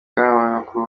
n’abanyamakuru